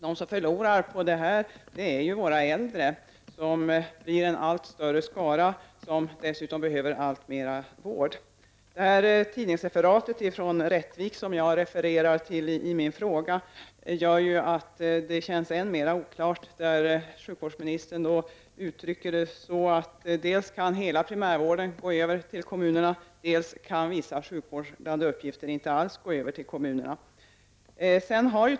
De som förlorar på det här är våra äldre som blir en allt större skara, och som dessutom behöver alltmer vård. Det tidningsreferat som jag refererade till i min fråga gör ju att det känns än mer oklart. Sjukvårdsministern uttrycker det så, att å ena sidan kan hela primärvården gå över till kommunerna, men å andra sidan kan vissa sjukvårdande uppgifter inte alls kan gå över till kommunerna.